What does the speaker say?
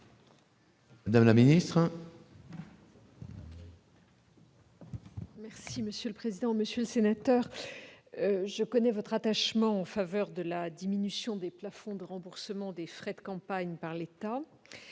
madame la ministre,